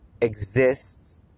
exists